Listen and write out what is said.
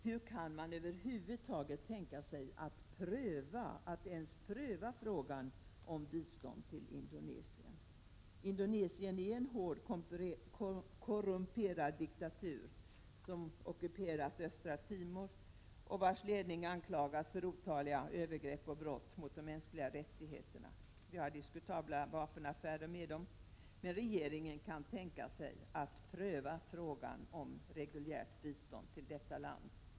Hur kan man över huvud taget tänka sig att ”pröva” frågan om bistånd till Indonesien? Indonesien är en hård och korrumperad diktatur, som ockuperat Östra Timor, vars ledning anklagas för otaliga övergrepp och brott mot de mänskliga rättigheterna och som vi har diskutabla vapenaffärer med — och regeringen kan tänka sig att pröva frågan om reguljärt bistånd till detta land!